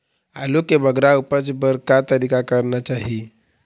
आलू के बगरा उपज बर का तरीका करना चाही?